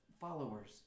followers